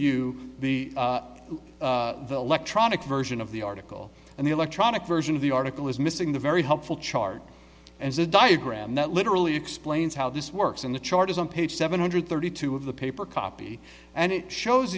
you the electronic version of the article and the electronic version of the article is missing the very helpful chart and the diagram that literally explains how this works in the chart is on page seven hundred thirty two of the paper copy and it shows